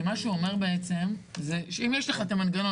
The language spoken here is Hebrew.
כי מה שהוא אמר בעצם זה שאם יש לך את המנגנון,